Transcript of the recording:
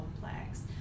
complex